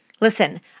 Listen